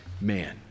man